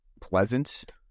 pleasant